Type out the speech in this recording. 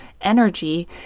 energy